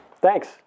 Thanks